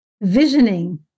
visioning